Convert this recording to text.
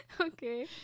Okay